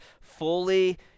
fully